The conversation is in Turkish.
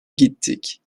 gittik